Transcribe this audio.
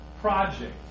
project